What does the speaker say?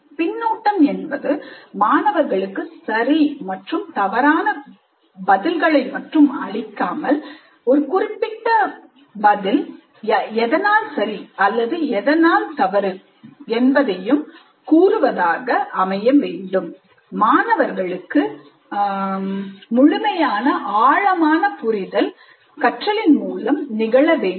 பின்னூட்டம் என்பது மாணவர்களுக்கு சரி மற்றும் தவறான பதிவுகளை மட்டும் அளிக்காமல் ஒரு குறிப்பிட்ட பதில் ஆனது"அது எதனால் சரி அல்லது தவறு" என்பதையும் கூறுவதாக அமையவேண்டும் மாணவர்களுக்கு முழுமையான ஆழமான புரிதல் கற்றலின் மூலம் நிகழவேண்டும்